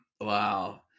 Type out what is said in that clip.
Wow